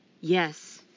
Yes